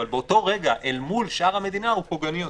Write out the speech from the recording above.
אבל באותו רגע אל מול שאר המדינה הוא פוגעני יותר,